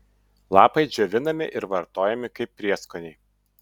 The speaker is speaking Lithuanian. lapai džiovinami ir vartojami kaip prieskoniai